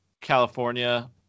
California